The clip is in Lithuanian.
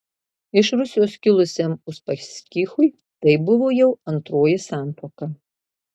iš rusijos kilusiam uspaskichui tai buvo jau antroji santuoka